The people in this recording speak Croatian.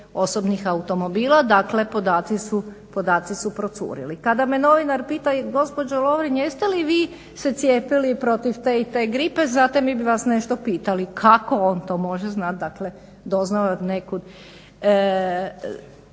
osobnih automobila, dakle podaci su procurili. Kada me novinari pitaju gospođo Lovrin jeste li vi se cijepili protiv te i te gripe, znate mi bi vas nešto pitali. Kako on to može znati, dakle doznao je od